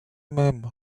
même